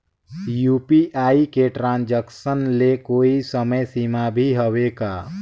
UPI के transaction ले कोई समय सीमा भी हवे का?